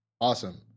awesome